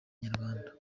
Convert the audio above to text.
inyarwanda